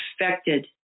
affected